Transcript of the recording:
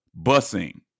busing